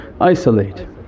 isolate